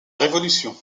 révolution